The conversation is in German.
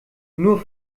nur